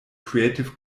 creative